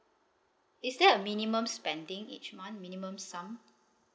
is there a minimum spending each month minimum sum